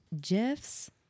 Jeff's